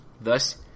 Thus